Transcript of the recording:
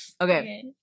Okay